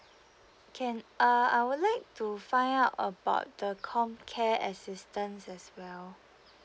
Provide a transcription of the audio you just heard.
can uh I would like to find out about the comcare assistance as well